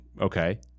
okay